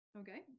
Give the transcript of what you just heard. okay